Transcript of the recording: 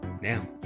now